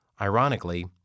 Ironically